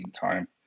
time